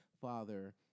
father